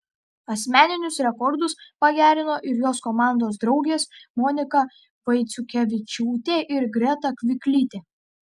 asmeninius rekordus pagerino ir jos komandos draugės monika vaiciukevičiūtė ir greta kviklytė